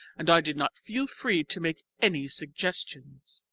and i did not feel free to make any suggestions.